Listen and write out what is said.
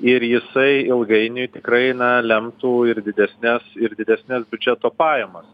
ir jisai ilgainiui tikrai na lemtų ir didesnes ir didesnes biudžeto pajamas